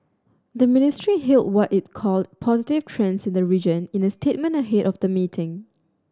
the ministry hailed what it called positive trends in the region in the statement ahead of the meeting